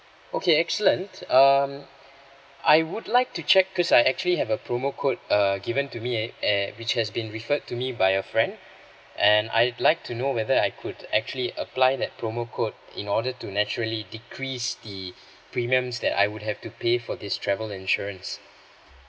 okay excellent um I would like to check because I actually have a promo code err given to me eh which has been referred to me by a friend and I'd like to know whether I could actually apply that promo code in order to naturally decrease the premiums that I would have to pay for this travel insurance